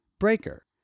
breaker